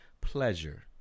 pleasure